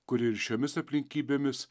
kuri ir šiomis aplinkybėmis